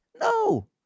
No